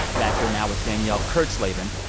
back here now with danielle kurtzleben.